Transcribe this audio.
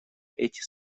эти